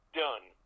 done